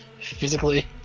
physically